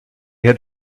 had